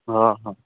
ᱦᱮᱸ ᱦᱮᱸ